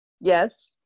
Yes